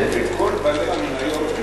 כל בעלי המניות,